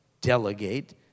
delegate